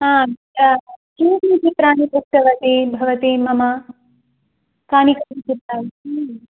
हा किं चित्राणि दृष्टवती भवती मम कानि कानि चित्राणि